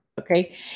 Okay